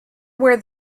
where